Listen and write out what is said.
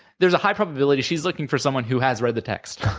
there's a high probability she's looking for someone who has read the text,